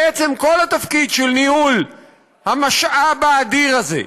בעצם כל התפקיד של ניהול המשאב האדיר הזה,